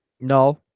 No